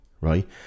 right